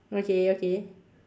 okay okay